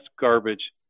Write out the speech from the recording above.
garbage